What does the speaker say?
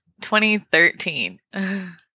2013